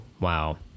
wow